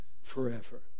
forever